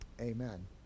amen